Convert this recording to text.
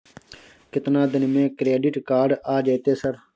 केतना दिन में क्रेडिट कार्ड आ जेतै सर?